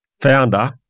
founder